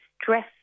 stress